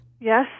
Yes